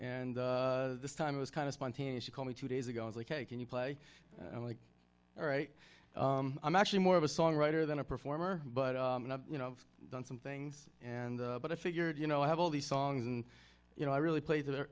and this time it was kind of spontaneous she called me two days ago as like a can you play and like all right i'm actually more of a songwriter than a performer but you know done some things and but i figured you know i have all these songs and you know i really play the